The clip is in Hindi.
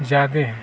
ज़्यादा है